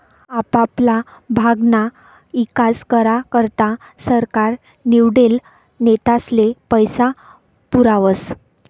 आपापला भागना ईकास करा करता सरकार निवडेल नेतास्ले पैसा पुरावस